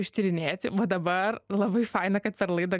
ištyrinėti va dabar labai faina kad per laidą